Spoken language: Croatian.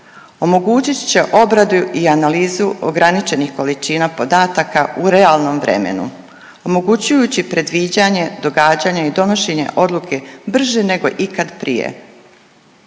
omogućit će obradu i analizu ograničenih količina podataka u realnom vremenu omogučujući predviđanje događanja i donošenje odluke brže nego ikad prije.